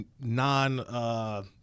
non